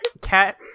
Cat